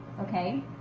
okay